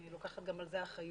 אני לוקחת גם על זה אחריות.